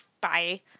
bye